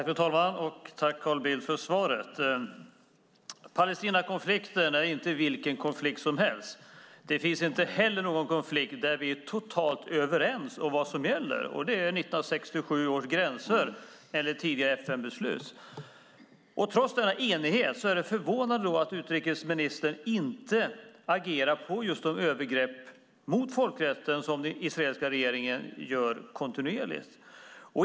Fru talman! Tack för svaret, Carl Bildt! Palestinakonflikten är inte vilken konflikt som helst. Det finns inte heller någon konflikt där vi är totalt överens om vad som gäller, och det är 1967 års gränser enligt tidigare FN-beslut. Med denna enighet är det förvånande att utrikesministern inte agerar mot de övergrepp mot folkrätten som den israeliska regeringen gör kontinuerligt.